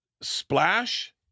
splash